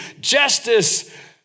Justice